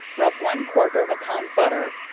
rub one quarter of a pound butter,